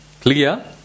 Clear